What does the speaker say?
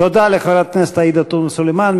תודה לחברת הכנסת עאידה תומא סלימאן.